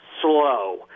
slow